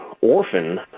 orphan